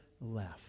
left